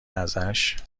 ازش